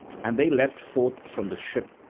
and they leapt forth from the ship,